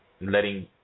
letting